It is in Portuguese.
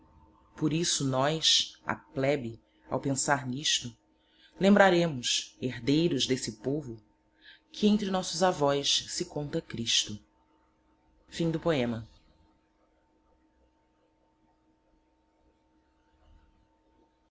por isso nós a plebe ao pensar n'isto lembraremos herdeiros d'esse povo que entre nossos avós se conta christo dialogo a